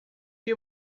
que